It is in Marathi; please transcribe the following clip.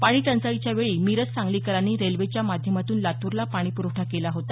पाणी टंचाईच्या वेळी मिरज सांगलीकरांनी रेल्वेच्या माध्यमातून लातूरला पाणी प्रवठा केला होता